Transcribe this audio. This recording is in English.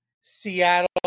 Seattle